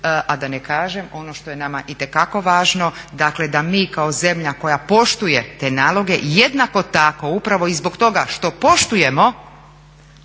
a da ne kažem, ono što je nama itekako važno, dakle da mi kao zemlja koja poštuje te naloge jednako tako upravo i zbog toga što poštujemo